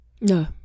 No